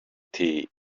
tea